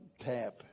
tap